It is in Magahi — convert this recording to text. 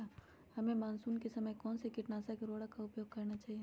हमें मानसून के समय कौन से किटनाशक या उर्वरक का उपयोग करना चाहिए?